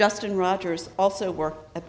dustin rogers also worked at